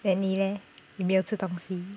then 你 leh 你没有吃东西